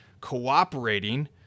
cooperating